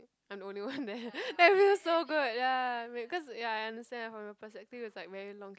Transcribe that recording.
I'm the only one there then it feels so good ya wait cause ya I understand from your perspective is like very long queue